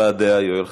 הבעת דעה, יואל חסון.